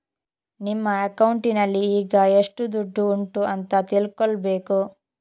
ನಿಮ್ಮ ಅಕೌಂಟಿನಲ್ಲಿ ಈಗ ಎಷ್ಟು ದುಡ್ಡು ಉಂಟು ಅಂತ ತಿಳ್ಕೊಳ್ಬೇಕು